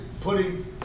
putting